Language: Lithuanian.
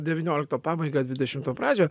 devyniolikto pabaigą dvidešimto pradžią